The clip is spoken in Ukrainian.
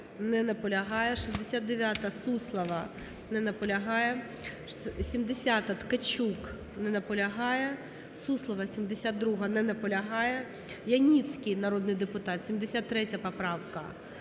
69-а, Суслова. Не наполягає. 70-а, Ткачук. Не наполягає. Суслова, 72-а. Не наполягає. Яніцький, народний депутат, 73 поправка.